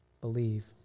believe